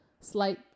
slight